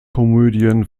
komödien